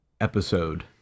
episode